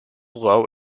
low